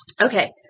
okay